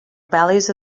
values